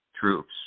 troops